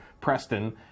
Preston